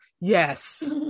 Yes